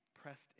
pressed